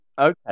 Okay